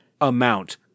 amount